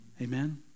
Amen